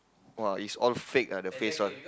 !wah! it's all fake ah the face all